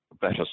better